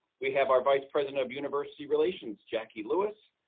we have our vice president of university relations, jackie lewis,